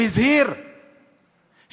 הוא הזהיר שהבדיקה